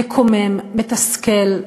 מקומם, מתסכל,